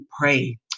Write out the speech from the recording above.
pray